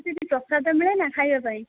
ସେଠି ପ୍ରସାଦ ମିଳେ ନା ଖାଇବା ପାଇଁ